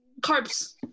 Carbs